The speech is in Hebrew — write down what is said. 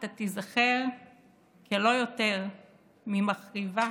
אתה תיזכר כלא יותר ממחריבה